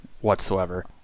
whatsoever